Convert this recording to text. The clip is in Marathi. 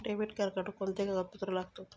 डेबिट कार्ड काढुक कोणते कागदपत्र लागतत?